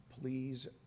please